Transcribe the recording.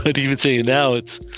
but even say. now it's